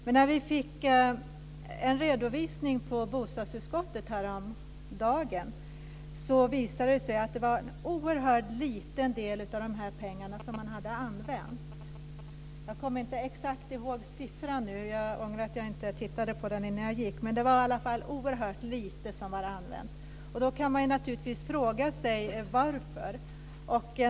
Men när vi fick en redovisning i bostadsutskottet häromdagen visade det sig att det var en oerhört liten del av de här pengarna som hade använts. Jag kommer inte exakt ihåg siffran nu, jag ångrar att jag inte tittade på den innan jag gick. Det var i alla fall så att oerhört lite var använt. Då kan man naturligtvis fråga sig varför.